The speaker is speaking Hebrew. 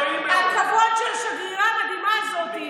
על הכבוד של השגרירה המדהימה הזאת,